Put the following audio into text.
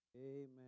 Amen